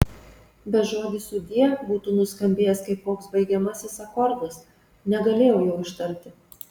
bet žodis sudie būtų nuskambėjęs kaip koks baigiamasis akordas negalėjau jo ištarti